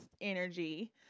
energy